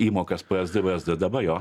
įmokaspsd vsd dabar jo